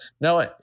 no